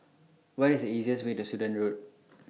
What IS The easiest Way to Sudan Road